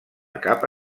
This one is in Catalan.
capa